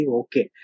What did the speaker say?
okay